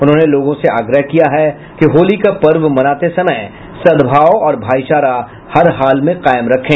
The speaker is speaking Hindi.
उन्होंने लोगों से आग्रह किया है कि होली का पर्व मनाते समय सदभाव और भाइचारा हरहाल में कायम रखें